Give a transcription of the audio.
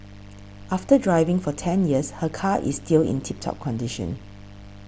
after driving for ten years her car is still in tip top condition